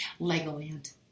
Legoland